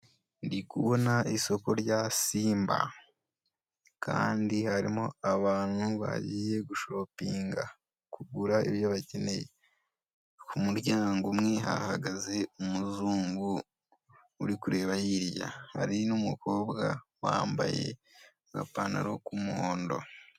Ndikubona isoko rya Simba kandi harimo abantu bagiye gushopinga kugura ibyo bakeneye ku muryango umwe hahagaze umuzungu uri kureba hirya, hari n'umukobwa wambaye agapantalo k'umuhondo.